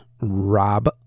Rob